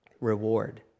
reward